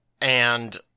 And-